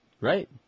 Right